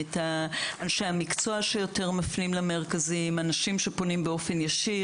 אנשי המקצוע יותר מפנים למרכזים ואנשים פונים באופן ישיר.